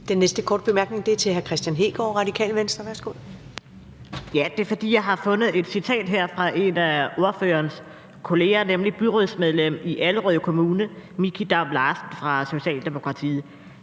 Den næste korte bemærkning er til hr. Kristian Hegaard, Radikale Venstre. Værsgo. Kl. 13:01 Kristian Hegaard (RV): Ja, og det er jo, fordi jeg har fundet et citat fra en af ordførerens kolleger, nemlig byrådsmedlem i Allerød Kommune Miki Dam Larsen fra Socialdemokratiet.